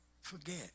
forget